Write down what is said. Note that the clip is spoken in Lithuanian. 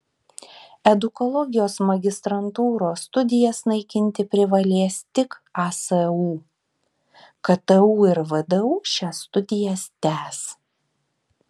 edukologijos magistrantūros studijas naikinti privalės tik asu ktu ir vdu šias studijas tęs